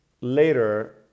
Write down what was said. later